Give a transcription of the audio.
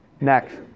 Next